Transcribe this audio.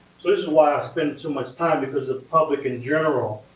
so this is why i spend so much time because the public, in general,